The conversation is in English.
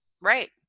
Right